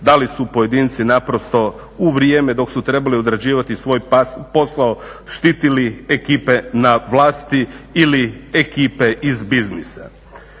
da li su pojedinci naprosto u vrijeme dok su trebali odrađivati svoj posao štitili ekipe na vlasti ili ekipe iz biznisa.